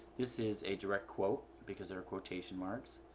this is a direct quote because the quotation marks.